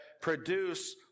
produce